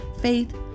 Faith